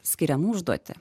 skiriamų užduotį